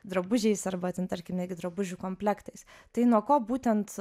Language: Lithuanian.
drabužiais arba ten tarkim netgi drabužių komplektais tai nuo ko būtent